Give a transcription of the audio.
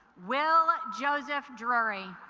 will joseph drewry